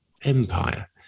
empire